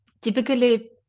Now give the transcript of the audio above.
typically